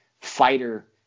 fighter